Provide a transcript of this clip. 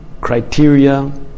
criteria